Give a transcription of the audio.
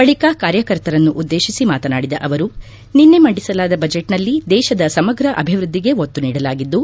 ಬಳಿಕ ಕಾರ್ಯಕರ್ತರನ್ನು ಉದ್ದೇಶಿಸಿ ಮಾತನಾಡಿದ ಅವರು ನಿನ್ನೆ ಮಂಡಿಸಲಾದ ಬಜೆಟ್ನಲ್ಲಿ ದೇಶದ ಸಮಗ್ರ ಅಭಿವೃದ್ದಿಗೆ ಒತ್ತು ನೀಡಲಾಗಿದ್ದು